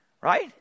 Right